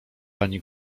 pani